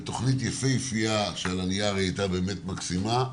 זו תוכנית יפהפייה שעל הנייר היא הייתה באמת מקסימה,